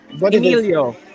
Emilio